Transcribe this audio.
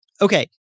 Okay